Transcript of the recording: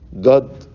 God